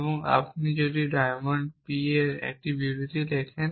এবং আপনি যদি ডায়মন্ড p এ একটি বিবৃতি লেখেন